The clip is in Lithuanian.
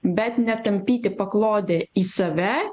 bet ne tampyti paklodę į save